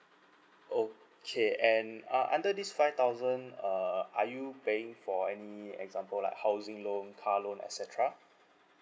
okay and uh under this five thousand uh are you paying for any example like housing loan car loan et cetera